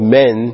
men